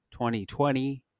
2020